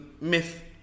myth